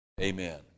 Amen